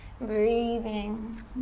breathing